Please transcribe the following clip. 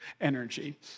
energy